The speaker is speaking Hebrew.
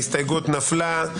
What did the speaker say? ההסתייגות נפלה.